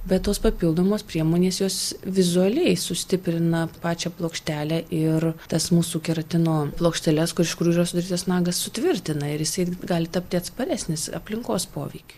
bet tos papildomos priemonės jos vizualiai sustiprina pačią plokštelę ir tas mūsų keratino plokšteles kur iš kurių yra sudarytas nagas sutvirtina ir jisai gali tapti atsparesnis aplinkos poveikiui